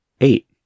Eight